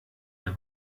der